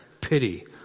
pity